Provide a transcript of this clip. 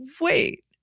wait